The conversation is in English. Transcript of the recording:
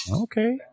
Okay